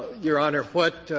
your honor,